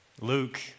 Luke